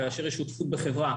כאשר יש שותפות בחברה,